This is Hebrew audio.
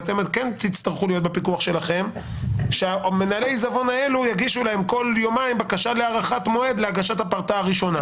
יגישו כול יומיים בקשה להארכת מועד להגשת הפרטה הראשונה,